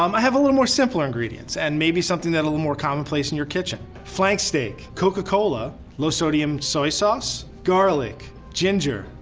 um i have a little more simpler ingredients. and maybe something that a little more common place in your kitchen. flank steak, coca-cola, low sodium soya sauce, garlic, ginger,